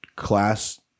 Class